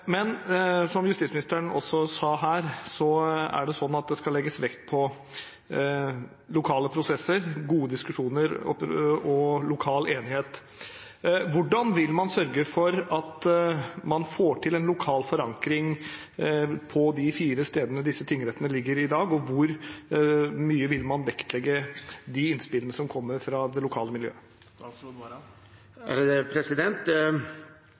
Som justisministeren også sa, skal det legges vekt på lokale prosesser, gode diskusjoner og lokal enighet. Hvordan vil man sørge for at man får til en lokal forankring på de fire stedene disse tingrettene ligger i dag, og hvor mye vil man vektlegge de innspillene som kommer fra lokalmiljøet? Denne prosessen tror jeg det